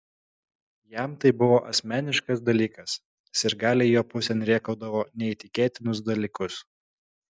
jam tai buvo asmeniškas dalykas sirgaliai jo pusėn rėkaudavo neįtikėtinus dalykus